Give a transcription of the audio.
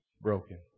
broken